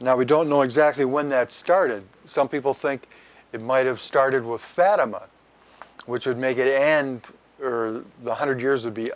now we don't know exactly when that started some people think it might have started with fatima which would make it end one hundred years